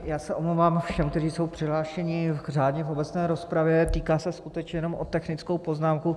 Já se omlouvám všem, kteří jsou přihlášeni řádně v obecné rozpravě, týká se skutečně jenom o technickou poznámku.